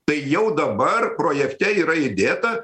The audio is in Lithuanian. tai jau dabar projekte yra įdėta